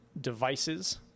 devices